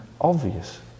Obvious